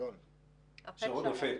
שרון אפק.